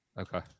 Okay